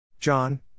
John